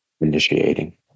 initiating